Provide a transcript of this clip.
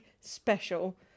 special